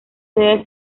sede